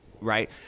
Right